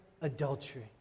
adultery